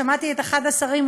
שמעתי את אחד השרים,